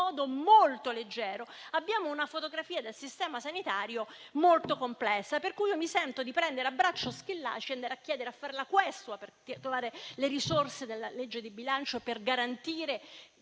molto leggero, abbiamo una fotografia del Sistema sanitario molto complessa. Pertanto, mi sento di prendere a braccio il ministro Schillaci e andare a fare la questua per trovare le risorse della legge di bilancio e garantire